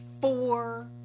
four